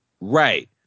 Right